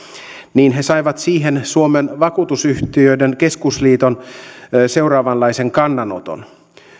niin he saivat siihen suomen vakuutusyhtiöiden keskusliiton seuraavanlaisen kannanoton